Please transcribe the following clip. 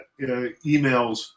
emails